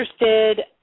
interested